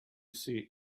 see